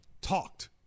talked